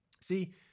See